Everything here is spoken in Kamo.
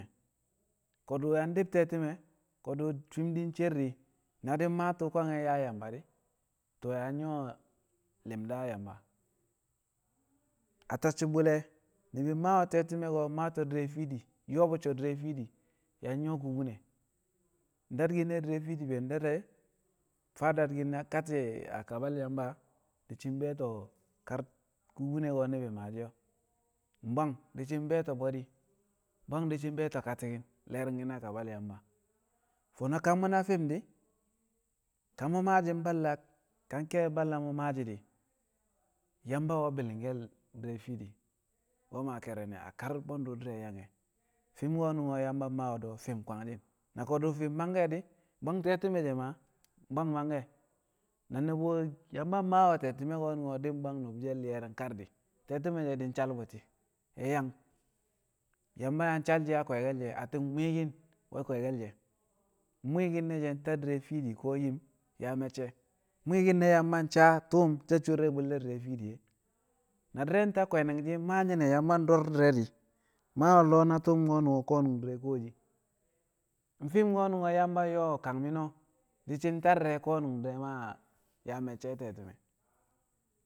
Ko̱du̱ yang dib te̱ti̱me̱ ko̱du̱ fim di̱ cer di̱ na di̱ maa tu̱u̱ kwange̱ nyaa yamba di̱ to yang nyu̱wo̱ li̱mda a yamba. A tacci̱ bu̱le̱ ni̱bi̱ mmaa we̱ te̱ti̱me̱ ko̱ maato̱ di̱re̱ fiidi yo̱o̱ bu so̱ dɪre̱ fiidi yang nyu̱wo̱ kubine dadki̱n ne̱ di̱ɪe̱ fiidi be dad de̱ faa dadki̱n nkati̱ a kabal Yamba di̱ shi̱ be̱e̱to̱ kar kubine ko̱ ni̱bi̱ maashi̱ o̱ bwang di̱ shi̱ be̱e̱to̱ bwe̱di̱ mbwang di̱ shi̱ mbe̱e̱to̱ katịki̱n le̱ri̱ngki̱n a kabal Yamba. Fo̱no̱ ka mu̱na fi̱m di̱, ka mu̱ maa shi̱ balla ka ke̱e̱bi̱ balla mu̱ maa shi di̱ Yamba we̱ bi̱li̱ngke̱l di̱re̱ fiidi we̱ maa ke̱re̱ne̱ a kar bwe̱ndu̱ di̱re̱ yang e̱. Fi̱m ko̱nu̱n Yamba maa we̱ do̱ fi̱m kwangshi̱n na ko̱du̱ fi̱m mangke̱ di̱ bwang te̱ti̱me̱ she̱ ma bwang mangke̱ na nu̱bu̱ Yamba maa we̱ a te̱ti̱me̱ ko̱ di̱ bwang nu̱bu̱ she̱ li̱ye̱ri̱ng kar di̱ te̱ti̱me̱ she̱ di̱ sal bu̱ti̱ yaa yang. Yamba yang sal sa kwe̱e̱ke̱l she̱ atti̱n mwi̱i̱ki̱n we̱ kwe̱e̱ke̱l she̱ mwi̱i̱ki̱n ne̱ she̱ nta di̱rẹ fiidi ko̱ yim yaa me̱cce̱ mwi̱i̱ki̱n ne̱ Yamba sa tu̱um sa swhere a bwe̱l di̱re̱ fiidi e̱ na di̱ ta kwe̱ni̱ngshi̱ maa nyine Yamba do̱r di̱re̱ di̱, maa we̱ lo̱ na tu̱u̱m ko̱nu̱n ko̱no̱ di̱re̱ kuwoshi, fi̱m ko̱nu̱n Yamba yo̱o̱ kan mi̱no̱ di̱ shi̱ ta dịre̱ ko̱nu̱n di̱re̱ maa yaa me̱cce̱ a te̱ti̱me̱.